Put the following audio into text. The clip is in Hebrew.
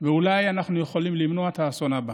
ואולי אנחנו יכולים למנוע את האסון הבא.